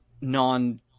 non